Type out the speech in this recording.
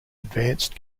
advanced